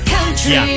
Country